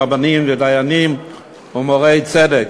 רבנים ודיינים ומורי צדק.